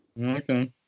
Okay